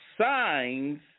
signs